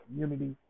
community